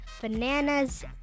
Bananas